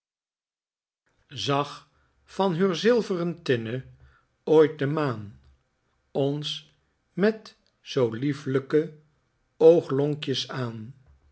zag van heur zilvren tinne ooit de maan ons met zoo lieflijke ooglonkjens aan